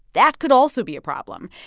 that could also be a problem.